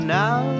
now